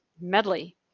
medley